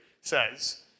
says